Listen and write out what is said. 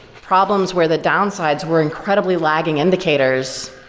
problems where the downsides were and credibly lagging indicators,